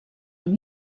amb